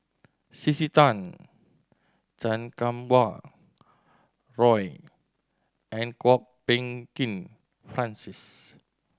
C C Tan Chan Kum Wah Roy and Kwok Peng Kin Francis